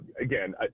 again